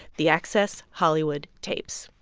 the access hollywood tapes,